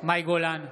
מאי גולן,